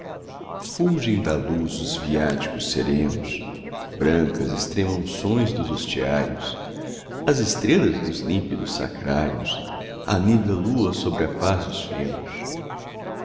fulgem da luz os viáticos serenos brancas extrema unções dos hostiários as estrelas dos límpidos sacrários a nívea lua sobre a paz dos fenos